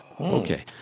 Okay